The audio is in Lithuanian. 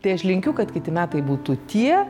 tai aš linkiu kad kiti metai būtų tie